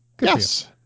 Yes